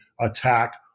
attack